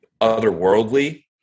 otherworldly